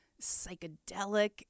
psychedelic